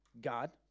God